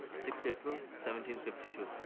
sixth april, seventeen fifty two.